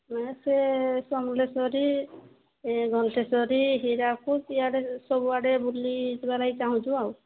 ନା ସେ ସମଲେଶ୍ୱରୀ ଏ ଘଣ୍ଟେଶ୍ଵରୀ ହୀରାକୁଦ ଇଆଡ଼େ ସବୁଆଡ଼େ ବୁଲି ଯିବା ଲାଗି ଚାହୁଁଛୁ ଆଉ